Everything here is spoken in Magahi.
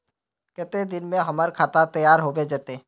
केते दिन में हमर खाता तैयार होबे जते?